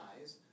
eyes